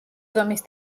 ზომის